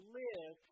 live